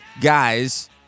guys